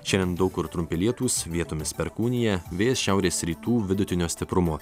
šiandien daug kur trumpi lietūs vietomis perkūnija vėjas šiaurės rytų vidutinio stiprumo